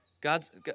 God's